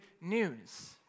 news